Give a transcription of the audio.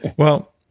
well